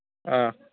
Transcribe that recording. ꯑꯥ